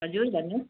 हजुर भन्नुहोस्